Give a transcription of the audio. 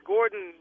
Gordon